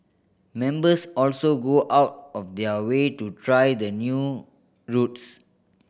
members also go out of their way to try the new routes